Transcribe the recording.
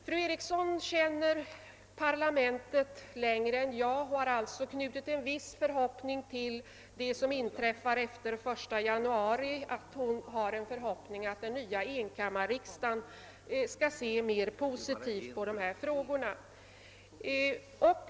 Fru Eriksson har längre erfarenhet än jag av parlamentet, och hon har alltså knutit en viss förhoppning till att den nya enkammarriksdagen efter den 1 januari skall se mer positivt på de här frågorna.